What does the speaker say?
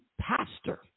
pastor